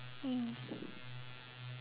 mm